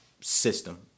system